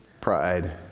Pride